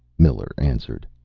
miller answered.